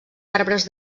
arbres